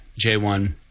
J1